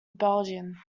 belgian